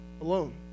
alone